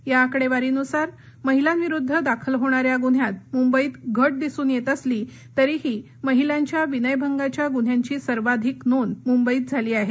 या आकडेवारीनुसार महिलांविरुद्ध दाखल होणाऱ्या गुन्ह्यात मुंबईत घ दिसून येत असली तरीही महिलांच्या विनयभंगाच्या गुन्हांची सर्वाधिक नोंद मुंबईत झाली आहे